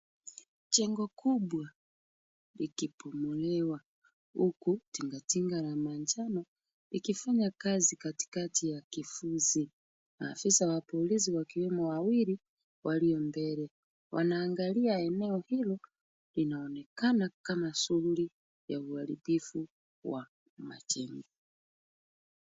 Jengo kubwa likibomolewa, huku tinga tinga la manjano likifanya kazi katikati ya kifuzi. Maafisa wa polisi wakiwemo wawili walio mbele. Wanaangalia eneo hilo linaonekana kama shughuli ya uharibifu wa majengo.